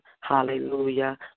Hallelujah